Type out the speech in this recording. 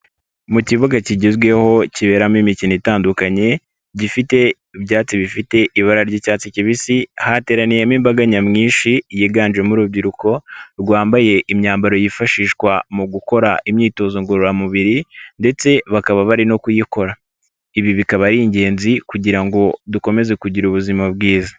Mu kibuga kigezweho kiberamo imikino itandukanye, gifite ibyatsi bifite ibara ry'icyatsi kibisi, hateraniyemo imbaga nyamwinshi yiganjemo urubyiruko, rwambaye imyambaro yifashishwa mu gukora imyitozo ngororamubiri ndetse bakaba bari no kuyikora, ibi bikaba ari ingenzi kugira ngo dukomeze kugira ubuzima bwiza.